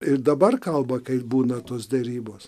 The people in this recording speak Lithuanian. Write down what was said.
ir dabar kalba kai būna tos derybos